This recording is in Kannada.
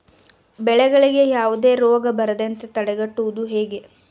ಬೆಳೆಗಳಿಗೆ ಯಾವುದೇ ರೋಗ ಬರದಂತೆ ತಡೆಗಟ್ಟುವುದು ಹೇಗೆ?